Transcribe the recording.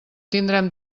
tindrem